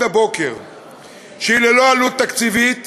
שהיא ללא עלות תקציבית